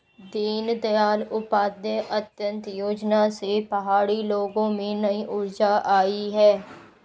दीनदयाल उपाध्याय अंत्योदय योजना से पहाड़ी लोगों में नई ऊर्जा आई है